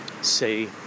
say